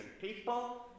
people